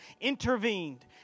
intervened